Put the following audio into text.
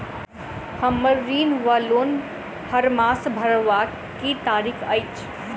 हम्मर ऋण वा लोन हरमास भरवाक की तारीख अछि?